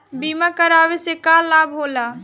बीमा करावे से का लाभ होला?